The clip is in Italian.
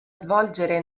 svolgere